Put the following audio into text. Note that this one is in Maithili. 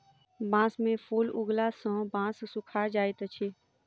बांस में फूल उगला सॅ बांस सूखा जाइत अछि